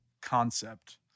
concept